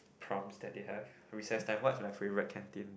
proms that they have recess time what is my favourite canteen